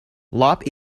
lop